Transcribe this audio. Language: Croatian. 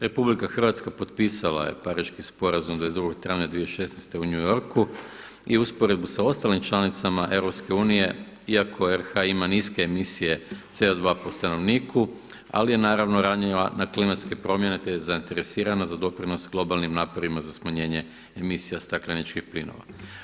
RH potpisala je Pariški sporazum 22. travnja 2016. godine u New Yorku i usporedbi sa ostalim članicama EU iako RH ima niske emisije CO2 po stanovniku, ali je naravno ranjiva na klimatske promjene, te je zainteresirana za doprinos globalnim naporima za smanjenje emisija stakleničkih plinova.